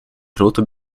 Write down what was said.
grote